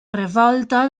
revolta